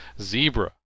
Zebra